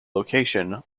location